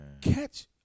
catch